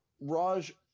Raj